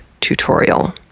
tutorial